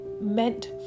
meant